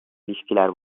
ilişkiler